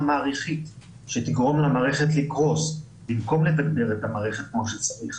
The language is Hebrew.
מעריכית שתגרום למערכת לקרוס במקום לתגבר את המערכת כמו שצריך,